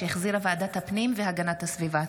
שהחזירה ועדת הפנים והגנת הסביבה.